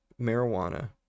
marijuana